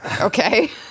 Okay